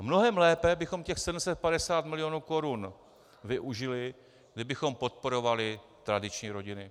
Mnohem lépe bychom těch 750 milionů korun využili, kdybychom podporovali tradiční rodiny.